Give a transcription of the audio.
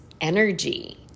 energy